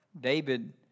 David